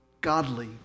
godly